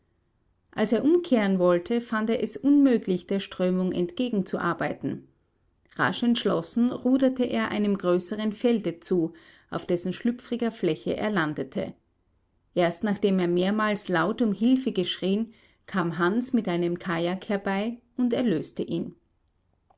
als er umkehren wollte fand er es unmöglich der strömung entgegenzuarbeiten rasch entschlossen ruderte er einem größeren felde zu auf dessen schlüpfriger fläche er landete erst nachdem er mehrmals laut um hilfe geschrien kam hans mit einem kajak herbei und erlöste ihn